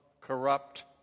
corrupt